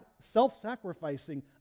Self-sacrificing